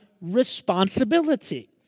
responsibility